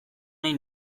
nahi